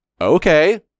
Okay